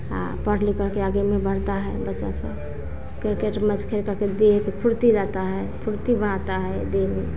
हाँ पढ़ लिख करके आगे में बढ़ता है बच्चा स क्रिकेट मैच खेल करके देह के फुर्ती रहता है फुर्ती बनाता है देह में